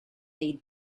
they